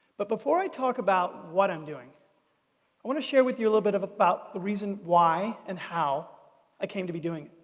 but before i talk about what i'm doing, i want to share with you a little bit about the reason why and how i came to be doing